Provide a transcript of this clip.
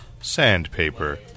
sandpaper